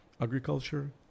Agriculture